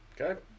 Okay